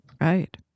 Right